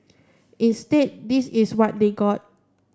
instead this is what they got